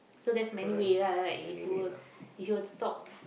so there's many way lah right if you were if you were to talk